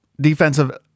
defensive –